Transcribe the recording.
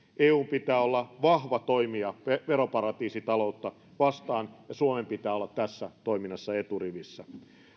eun pitää olla vahva toimija veroparatiisitaloutta vastaan ja suomen pitää olla tässä toiminnassa eturivissä